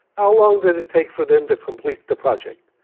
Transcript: how long did it take for them to complete the project?